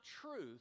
truth